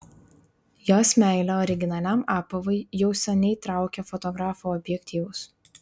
jos meilė originaliam apavui jau seniai traukia fotografų objektyvus